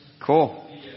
Cool